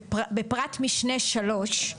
(ג) בפרט משנה (3),